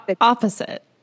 opposite